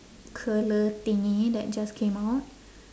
curler thingy that just came out